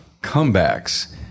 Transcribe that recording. comebacks